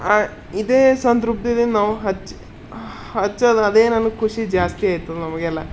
ರ ಇದೇ ಸಂತೃಪ್ತಿಯಿಂದ ನಾವು ಹಚ್ಚಿ ಹಚ್ಚೋದು ಅದೇ ನಮ್ಗೆ ಖುಷಿ ಜಾಸ್ತಿ ಆಯ್ತು ನಮಗೆಲ್ಲ